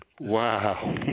Wow